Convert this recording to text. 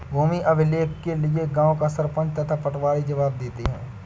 भूमि अभिलेख के लिए गांव का सरपंच तथा पटवारी जवाब देते हैं